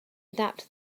adapt